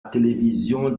télévision